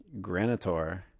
Granitor